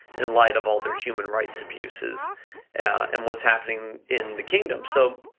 in light of all their human rights abuses and what's happening in the kingdom. so,